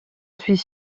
suis